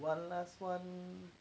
one last one